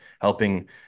helping